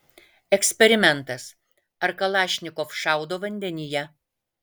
eksperimentas ar kalašnikov šaudo vandenyje